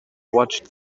watched